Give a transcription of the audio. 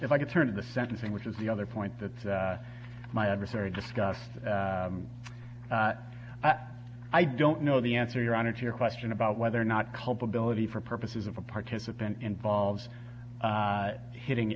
if i could turn to the sentencing which is the other point that my adversary discussed i don't know the answer your honor to your question about whether or not culpability for purposes of a participant involves hitting